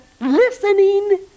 listening